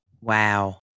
Wow